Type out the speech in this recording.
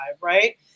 right